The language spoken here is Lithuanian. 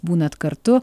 būnat kartu